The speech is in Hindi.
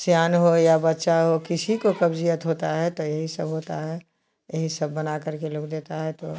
जो सियान हो बच्चा हो किसी को कब्जियत होती है तो यही सब होता है यही सब बना करके लोग देता है तो